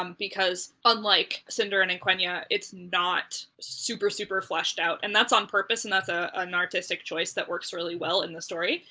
um because unlike sindarin and quenya, it's not super, super fleshed out. and that's on purpose, and that's ah an artistic choice that works really well in the story,